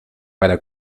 para